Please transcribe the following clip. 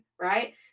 right